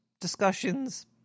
discussions